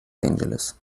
angeles